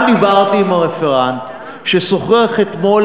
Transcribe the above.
גם דיברתי עם הרפרנט ששוחח אתמול,